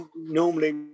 Normally